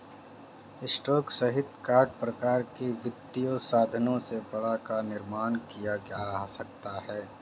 stock सहित कई प्रकार के वित्तीय साधनों से बाड़ा का निर्माण किया जा सकता है